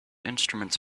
instruments